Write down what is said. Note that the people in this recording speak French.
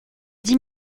dix